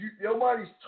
nobody's